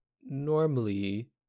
normally